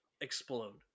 explode